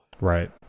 Right